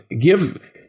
give –